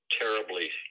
terribly